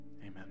amen